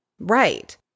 Right